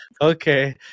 okay